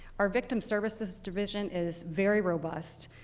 our victim services division is very robust.